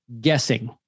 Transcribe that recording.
guessing